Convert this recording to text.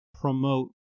promote